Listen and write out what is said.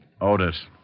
Otis